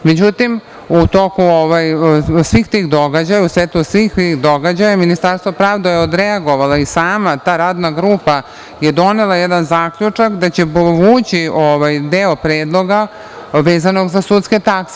Međutim, u toku svih tih događaja, u svetlu svih tih događaja, Ministarstvo pravde je odreagovalo i sama ta Radna grupa je donela jedan zaključak da će povući deo predloga vezano za sudske takse.